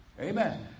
Amen